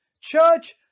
Church